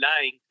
lying